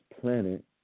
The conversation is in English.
planet